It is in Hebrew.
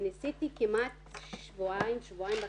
ניסיתי כמעט שבועיים, שבועיים וחצי,